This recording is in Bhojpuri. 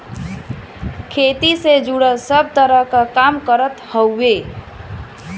खेती से जुड़ल सब तरह क काम करत हउवे